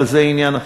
אבל זה עניין אחר.